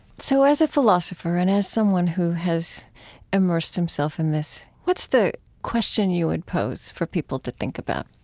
so as a philosopher and as someone who has immersed himself in this, what's the question you would pose for people to think about?